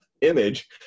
image